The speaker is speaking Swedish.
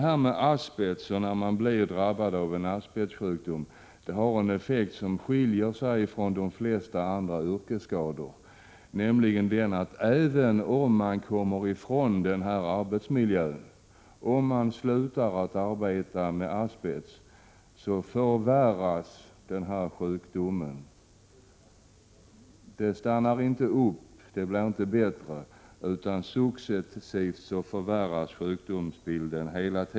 Asbestsjukdomen skiljer sig från de flesta andra yrkesskador på det sättet, att även om man kommer ifrån den skadliga arbetsmiljön och slutar att arbeta med asbest, förvärras sjukdomen. Den stannar inte upp eller blir bättre, utan successivt förvärras sjukdomsbilden.